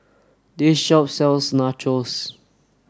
this shop sells Nachos